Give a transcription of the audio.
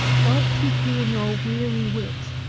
god keep you in your weary wit!